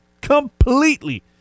completely